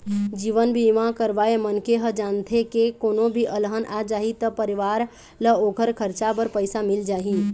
जीवन बीमा करवाए मनखे ह जानथे के कोनो भी अलहन आ जाही त परिवार ल ओखर खरचा बर पइसा मिल जाही